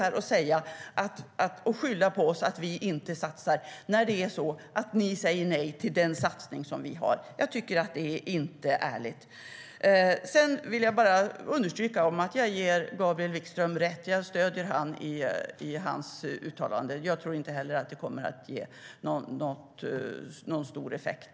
Hur kan man stå här och skylla på oss för att vi inte satsar, när det i själva verket är så att ni säger nej till den satsning som vi har? Jag vill understryka att jag ger Gabriel Wikström rätt och stöder honom i hans uttalande. Jag tror inte heller att detta kommer att ge någon stor effekt.